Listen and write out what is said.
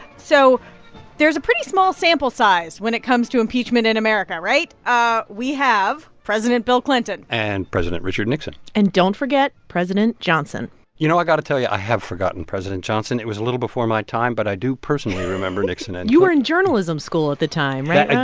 so there's a pretty small sample size when it comes to impeachment in america, right? ah we have president bill clinton and president richard nixon and don't forget president johnson you know, i've got to tell you i have forgotten president johnson. it was a little before my time, but i do personally remember nixon and clinton you were in journalism school at the time, right, ron?